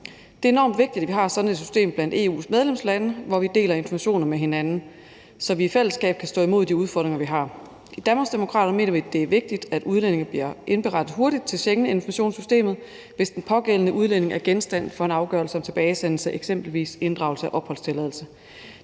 Det er enormt vigtigt, at vi har sådan et system blandt EU's medlemslande, hvor vi deler informationer med hinanden, så vi i fællesskab kan stå imod de udfordringer, vi har. I Danmarksdemokraterne mener vi, det er vigtigt, at udlændinge bliver indberettet hurtigt til Schengeninformationssystemet, hvis den pågældende udlænding er genstand for en afgørelse om tilbagesendelse, eksempelvis en inddragelse af opholdstilladelse.